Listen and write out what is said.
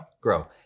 grow